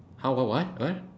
how how what what